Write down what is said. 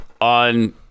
on